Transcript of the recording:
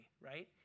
right